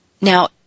now